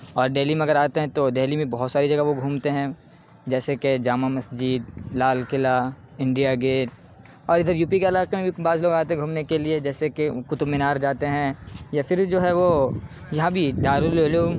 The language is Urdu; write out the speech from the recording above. اور دہلی میں اگر آتے ہیں تو دہلی میں بہت ساری جگہ وہ گھومتے ہیں جیسے کہ جامع مسجد لال قلعہ انڈیا گیٹ اور ادھر یو پی کے علاقے میں بھی بعض لوگ آتے ہیں گھومنے کے لیے جیسے کہ قطب مینار جاتے ہیں یا پھر جو ہے وہ یہاں بھی دار العلوم